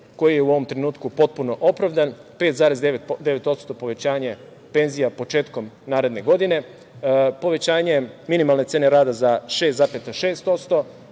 koji je u ovom trenutku potpuno opravdan. Povećanje penzija od 5,9% početkom naredne godine. Povećanje minimalne cene rada za 6,6%.